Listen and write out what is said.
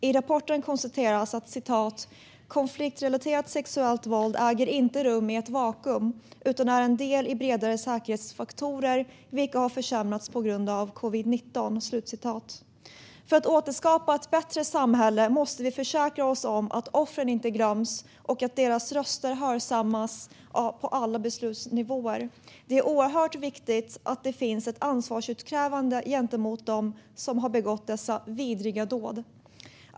I rapporten konstateras att konfliktrelaterat sexuellt våld inte äger rum i ett vakuum utan är en del i bredare säkerhetsfaktorer, vilka har försämrats på grund av covid-19. För att återskapa ett bättre samhälle måste vi försäkra oss om att offren inte glöms och att deras röster hörsammas på alla beslutsnivåer. Det är oerhört viktigt att det finns ett ansvarsutkrävande gentemot dem som har begått dessa vidriga dåd.